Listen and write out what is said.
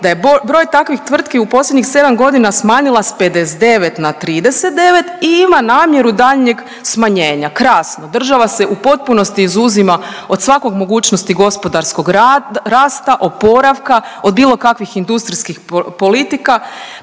da je broj takvih tvrtki u posljednjih 7.g. smanjila s 59 na 39 i ima namjeru daljnjeg smanjenja. Krasno, država se u potpunosti izuzima od svakog mogućnosti gospodarskog rasta, oporavka, od bilo kakvih industrijskih politika.